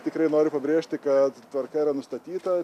tikrai noriu pabrėžti kad tvarka yra nustatyta